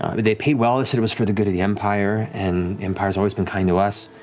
i mean they paid well. they said it was for the good of the empire and empire's always been kind to us.